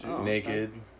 naked